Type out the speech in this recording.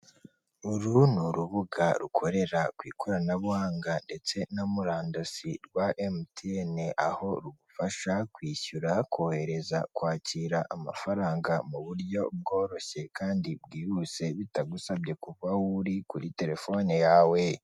Uru ni urubuga rukorera ku ikoranabuhanga ndetse na murandasi rwa MTN, aho rugufasha kwishyura kohereza kwakira amafaranga mu buryo bworoshye kandi bwihuse, bitagusabye kuva aho kuri telefone yawe.